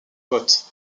bottes